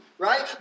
Right